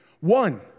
One